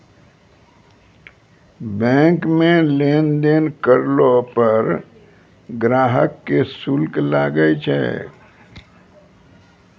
bank मे लेन देन करलो पर ग्राहक के शुल्क लागै छै